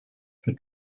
for